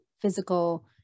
physical